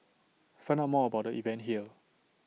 find out more about the event here